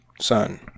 son